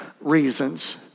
reasons